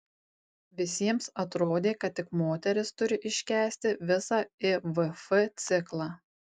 visiems atrodė kad tik moteris turi iškęsti visą ivf ciklą